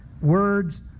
words